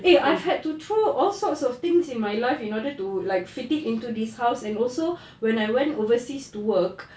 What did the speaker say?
eh I've had to throw all sorts of things in my life in order to like fit it into this house and also when I went overseas to work